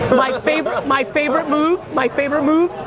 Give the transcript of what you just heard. my favorite my favorite move, my favorite move,